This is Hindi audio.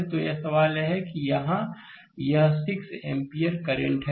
तो सवाल यह है कि यहां यह 6 एम्पीयर करंट है